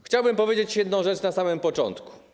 Chciałbym powiedzieć jedną rzecz na samym początku.